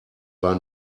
war